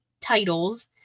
titles